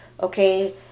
okay